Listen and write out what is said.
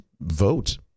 Vote